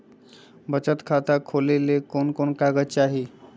बचत खाता खोले ले कोन कोन कागज चाही?